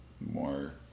more